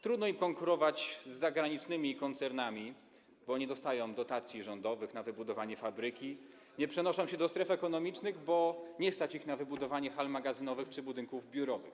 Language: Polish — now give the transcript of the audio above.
Trudno im konkurować z zagranicznymi koncernami, bo nie dostają dotacji rządowych na wybudowanie fabryki, nie przenoszą się do stref ekonomicznych, bo nie stać ich na wybudowanie hal magazynowych czy budynków biurowych.